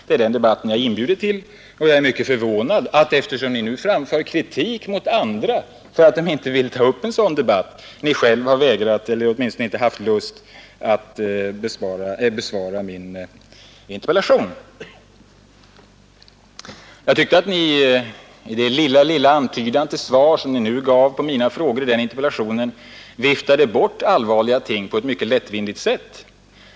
Det är den debatten som jag har inbjudit till, och eftersom Ni ju framför kritik mot andra för att bara klaga är jag mycket förvånad över att Ni inte vill ta upp en sådan debatt. Ni har vägrat — eller åtminstone inte haft lust — att besvara min interpellation. I den lilla antydan till svar som Ni nu gav på frågorna i min interpellation tyckte jag att Ni viftade bort allvarliga ting på ett mycket lättvindigt sätt.